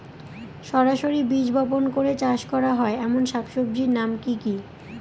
সরাসরি বীজ বপন করে চাষ করা হয় এমন শাকসবজির নাম কি কী?